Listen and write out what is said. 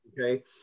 Okay